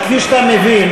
שכפי שאתה מבין,